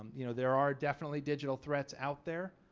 you know there are definitely digital threats out there.